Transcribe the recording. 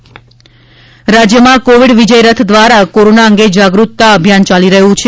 Covid વિજય રથ રાજ્યમાં કોવિડ વિજય રથ દ્વારા કોરોના અંગે જાગૃતતા અભિયાન યાલી રહ્યુ છે